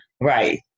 Right